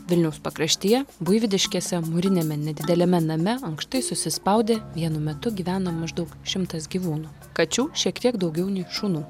vilniaus pakraštyje buivydiškėse mūriniame nedideliame name ankštai susispaudę vienu metu gyvena maždaug šimtas gyvūnų kačių šiek tiek daugiau nei šunų